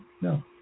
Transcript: No